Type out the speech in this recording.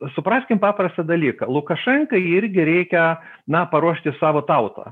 supraskim paprastą dalyką lukašenkai irgi reikia na paruošti savo tautą